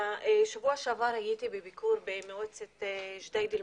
בשבוע שעבר הייתי בביקור במועצת ג'דיידה מכר,